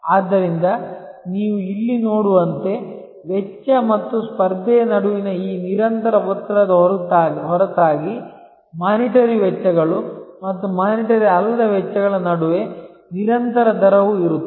ಆದ್ದರಿಂದ ನೀವು ಇಲ್ಲಿ ನೋಡುವಂತೆ ವೆಚ್ಚ ಮತ್ತು ಸ್ಪರ್ಧೆಯ ನಡುವಿನ ಈ ನಿರಂತರ ಒತ್ತಡದ ಹೊರತಾಗಿ ವಿತ್ತೀಯವೆಚ್ಚಗಳು ಮತ್ತು ವಿತ್ತೀಯಅಲ್ಲದ ವೆಚ್ಚಗಳ ನಡುವೆ ನಿರಂತರ ದರವೂ ಇರುತ್ತದೆ